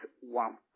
one